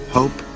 hope